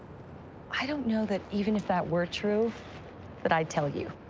i don't know that even if that were true that i'd tell you.